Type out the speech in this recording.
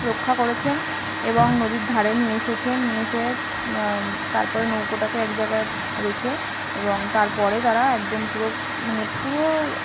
রক্ষা করেছেন এবং নদীর ধারে নিয়ে এসেছে নিয়ে এসে তারপরে নৌকোটাকে এক জায়গায় রেখে এবং তারপরে তারা একদম পুরো মানে পুরো